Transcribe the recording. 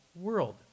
world